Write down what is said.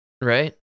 Right